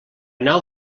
nau